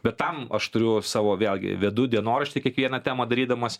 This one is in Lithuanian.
bet tam aš turiu savo vėlgi vedu dienoraštį kiekvieną temą darydamas